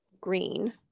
green